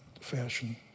fashion